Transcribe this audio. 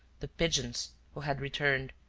the pigeons, who had returned,